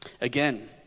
Again